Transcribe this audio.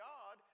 God